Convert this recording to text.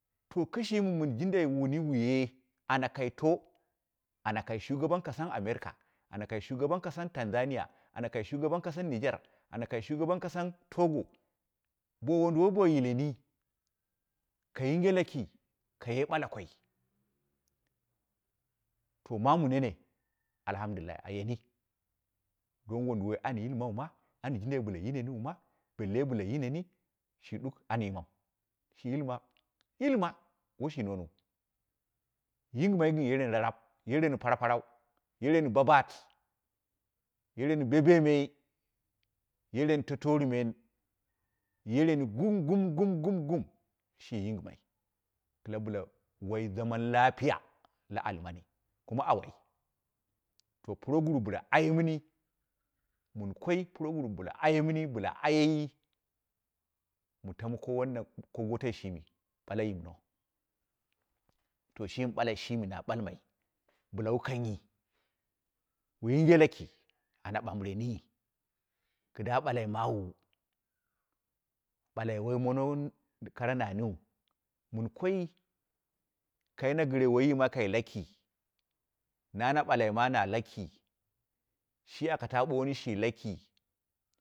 To kishini min jindu mɨni muye ana kaito ana kai shugaban kasan america, ana ka shugaban kasam tanzania, ana kai, shugaban kasan niger, ana yea shugaban kasam togo, bo wunduwoi bo yileni ka yinge laki, ka ye bula koi, to memu nene alhamdulillah a yeni, dole wunduwoi an yilmau ma, an jindai bɨla yilemiu ma, bo bin dai bɨla yileni shi duk, shi yilma, shi yilma washi noon wu, yingimai gɨn yereni rarab, yeroni parar parau, yereni ba baat, yereni be- bemai, yereni to torumen yereni, gum gum gum gum shi yingɨmai kida bɨla wai zaman lapiya la ali mani kuma awo. To proguru bɨla aye mini, bɨla aye yi, mu tamu ko wannan ko gotoi shimi, ɓale yimna. To shimi ɓalai shimi na ɓalmai bɨla wu kanghi wu yinge laki ana ɓambɨrenyi, kidu ɓalai mawu, ɓalai woi monou kara namiu mɨn kori, kaina gɨre waima ka laki, na na balkima na laki shi akata boni shi laki.